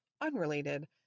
unrelated